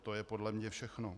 To je podle mě všechno.